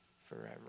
forever